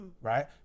right